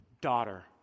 daughter